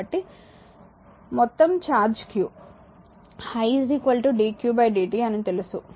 కాబట్టి మొత్తం charge q i dq dt అని తెలుసు